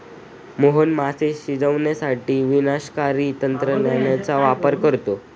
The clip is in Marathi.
मोहन मासे शिजवण्यासाठी विनाशकारी तंत्राचा वापर करतो